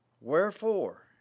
wherefore